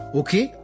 okay